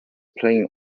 playing